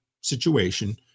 situation